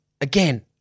again